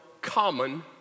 common